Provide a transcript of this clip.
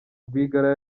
rwigara